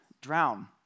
drown